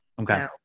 Okay